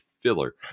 filler